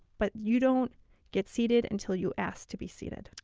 but you don't get seated until you ask to be seated.